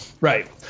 Right